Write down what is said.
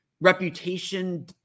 reputation